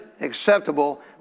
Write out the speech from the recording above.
acceptable